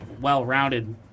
well-rounded